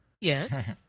Yes